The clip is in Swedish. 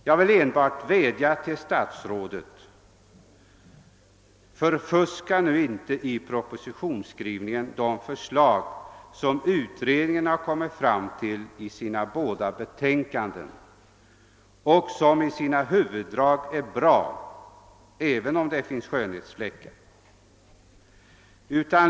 Jag vill enbart vädja till statsrådet: Förfuska nu inte vid propositionsskrivningen de förslag som utredningen lagt fram i sina båda betänkanden och som i sina huvuddrag är bra, även om det finns skönhetsfläckar!